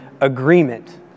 agreement